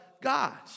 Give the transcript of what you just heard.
God